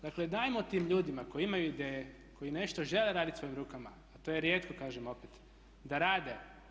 Dakle, dajmo tim ljudima koji imaju ideje, koji nešto žele raditi svojim rukama, a to je rijetko kažem opet da rade.